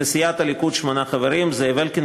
לסיעת הליכוד שמונה חברים: זאב אלקין,